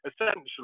essentially